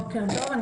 בוקר טוב, אני